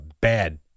bad